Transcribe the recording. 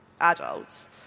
adults